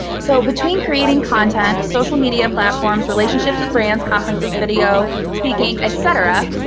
so between creating content, social media platforms, relationships with brands, conferences, video, speaking, et cetera,